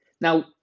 Now